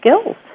skills